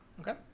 Okay